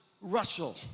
Russell